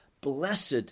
Blessed